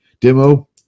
Demo